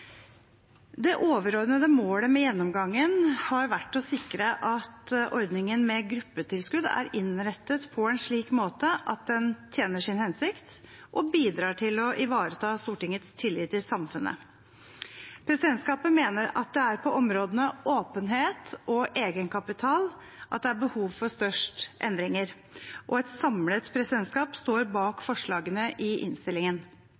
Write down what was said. Det overordnede målet med gjennomgangen har vært å sikre at ordningen med gruppetilskudd er innrettet på en slik måte at den tjener sin hensikt og bidrar til å ivareta Stortingets tillit i samfunnet. Presidentskapet mener at det er på områdene åpenhet og egenkapital at det er behov for størst endringer, og et samlet presidentskap står bak forslagene i innstillingen.